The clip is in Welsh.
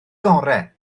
gorau